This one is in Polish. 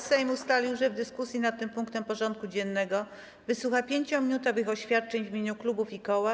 Sejm ustalił, że w dyskusji nad tym punktem porządku dziennego wysłucha 5-minutowych oświadczeń w imieniu klubów i koła.